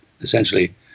essentially